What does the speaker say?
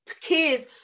kids